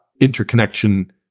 interconnection